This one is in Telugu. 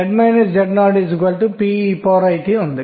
బదులుగా మన దగ్గర ఉన్నది l ఇది k 1 కి సమానం